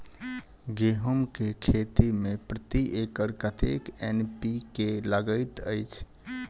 गेंहूँ केँ खेती मे प्रति एकड़ कतेक एन.पी.के लागैत अछि?